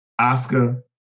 Oscar